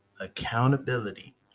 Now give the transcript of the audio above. accountability